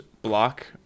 Block